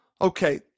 Okay